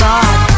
God